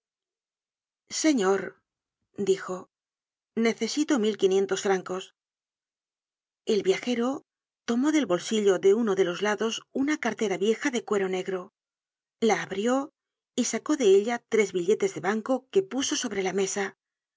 señor dijo necesito mil quinientos francos el viajero tomó del bolsillo de uno de los lados una cartera vieja de cuero negro la abrió y sacó de ella tres billetes de banco que puso sobre la mesa